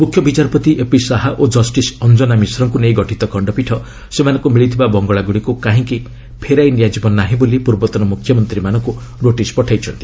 ମୁଖ୍ୟବିଚାରପତି ଏପି ଶାହା ଓ ଜଷ୍ଟିସ୍ ଅଞ୍ଜନା ମିଶ୍ରଙ୍କୁ ନେଇ ଗଠିତ ଖଶ୍ଚପୀଠ ସେମାନଙ୍କୁ ମିଳିଥିବା ବଙ୍ଗଳାଗୁଡ଼ିକୁ କାହିଁକି ଫେରାଇ ନିଆଯିବ ନାହିଁ ବୋଲି ପୂର୍ବତନ ମୁଖ୍ୟମନ୍ତ୍ରୀମାନଙ୍କୁ ନୋଟିସ୍ ପଠାଇଛନ୍ତି